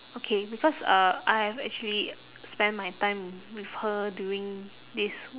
okay because uh I have actually spent my time with her during this